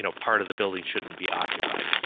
you know part of the building shouldn't be occupied,